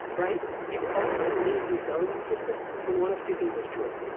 right? you only need these governance systems when one of two things is true.